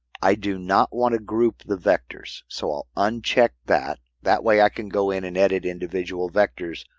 i do not want to group the vectors, so i'll uncheck that. that way i can go in and edit individual vectors.